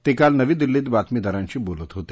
ते काल नवी दिल्लीत बातमीदारांशी बोलत होते